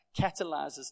catalyzes